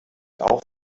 auch